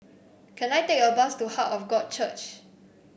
can I take a bus to Heart of God Church